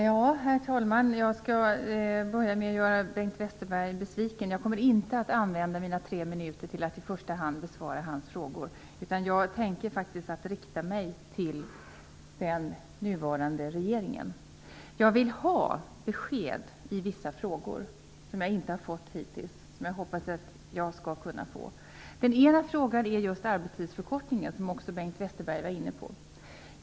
Herr talman! Jag skall börja med att göra Bengt Westerberg besviken. Jag kommer inte i första hand att använda mina tre minuter till att besvara hans frågor. Jag avser faktiskt att rikta mig till den nuvarande regeringen. Jag vill ha besked i vissa frågor. Jag har inte fått det hittills, men jag hoppas att jag skall kunna få det. Min första fråga gäller just arbetstidsförkortningen, som också Bengt Westerberg var inne på.